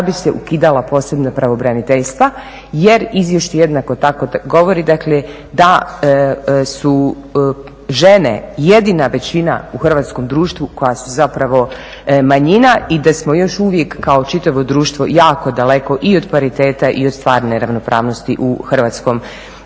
da bi se ukidala posebna pravobraniteljstva jer izvješće jednako tako govori dakle da su žene jedina većina u hrvatskom društvu koja su zapravo manjina i da smo još uvijek kao čitavo društvo jako daleko i od pariteta i od stvarne ravnopravnosti u hrvatskom društvu.